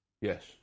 Yes